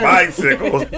Bicycles